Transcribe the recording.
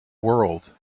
world